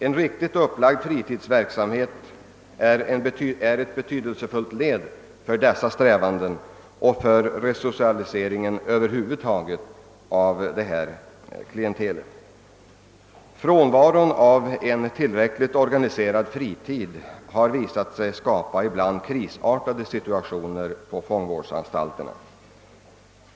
En riktigt upplagd fritidsverksamhet är ett betydelsefullt led i dessa strävanden och för en resocialisering över huvud taget av detta klientel. Frånvaron av en tillräckligt organiserad fritid har visat sig skapa ibland krisartade situationer på fångvårdsanstalterna.